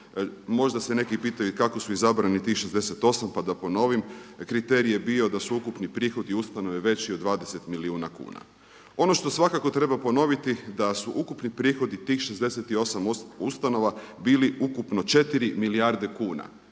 Možda se neki pitaju i kako su izabrani tih 68 pa da ponovim, kriterij je bio da su ukupni prihodi ustanove veći od 20 milijuna kuna. Ono što svakako treba ponoviti da su ukupni prihodi tih 68 ustanova bili ukupno 4 milijarde kuna.